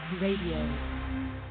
Radio